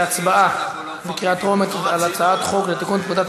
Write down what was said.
להצבעה בקריאה טרומית על הצעת חוק לתיקון פקודת